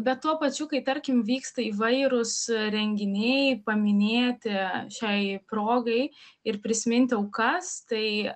bet tuo pačiu kai tarkim vyksta įvairūs renginiai paminėti šiai progai ir prisiminti aukas tai